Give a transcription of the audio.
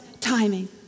timing